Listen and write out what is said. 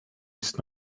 ist